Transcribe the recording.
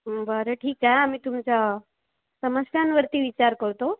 बरं ठीक आहे आम्ही तुमच्या समस्यांवरती विचार करतो